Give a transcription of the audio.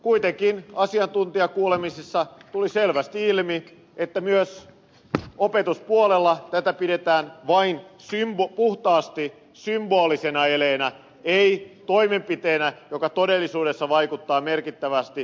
kuitenkin asiantuntijakuulemisissa tuli selvästi ilmi että myös opetuspuolella tätä pidetään vain puhtaasti symbolisena eleenä ei toimenpiteenä joka todellisuudessa vaikuttaa merkittävästi ryhmäkokoihin